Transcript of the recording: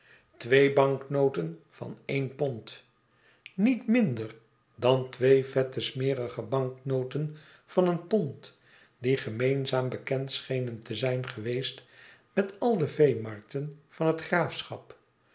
twee banknoten van een pond niet minder dan twee vette smerige banknoten van een pond die gemeenzaam bekend schenen te zijn geweest met al de veemarkten van het graafschap